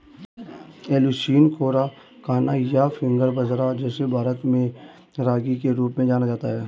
Eleusine coracana, या finger बाजरा, जिसे भारत में रागी के रूप में जाना जाता है